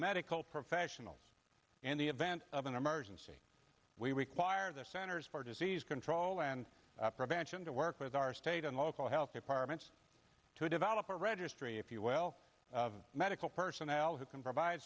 medical professional in the event of an emergency we require the centers for disease control and prevention to work with our state and local health departments to develop a registry if you will of medical personnel who can provide